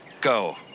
Go